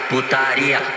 Putaria